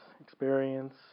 experience